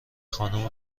خانم